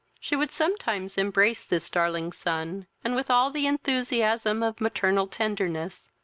she would sometimes embrace this darling son, and, with all the enthusiasm of maternal tenderness,